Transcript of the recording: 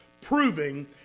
proving